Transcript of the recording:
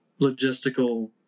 logistical